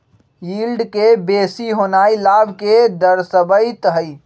yield के बेशी होनाइ लाभ के दरश्बइत हइ